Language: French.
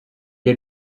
est